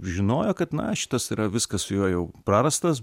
žinojo kad na šitas yra viskas su juo jau prarastas